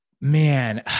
Man